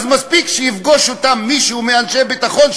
מספיק שיפגוש אותם מישהו מאנשי הביטחון,